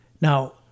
Now